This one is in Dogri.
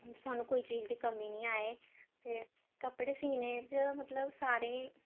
सानूं कोई चीज दी कमी निं आए कपड़े सीने च मतलब सारे